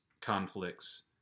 conflicts